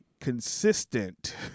consistent